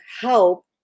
help